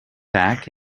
back